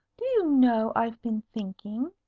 do you know, i've been thinking.